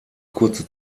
kurze